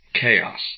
Chaos